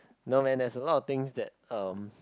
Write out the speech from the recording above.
no man there's a lot of things that um